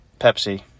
Pepsi